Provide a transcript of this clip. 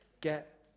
get